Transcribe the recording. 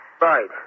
Right